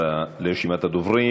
לרשימת הדוברים.